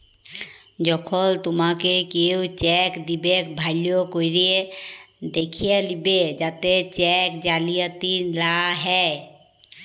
যখল তুমাকে কেও চ্যাক দিবেক ভাল্য ক্যরে দ্যাখে লিবে যাতে চ্যাক জালিয়াতি লা হ্যয়